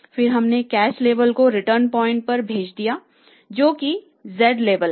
फिर हमने cash level को रिटर्न पॉइंटपर भेज दिया जो कि z लेवल है